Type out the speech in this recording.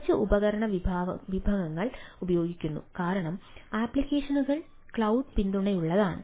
കുറച്ച് ഉപകരണ വിഭവങ്ങൾ ഉപയോഗിക്കുന്നു കാരണം അപ്ലിക്കേഷനുകൾ ക്ലൌഡ് പിന്തുണയുള്ളതാണ്